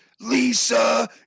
Lisa